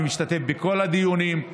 אני משתתף בכל הדיונים,